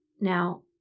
Now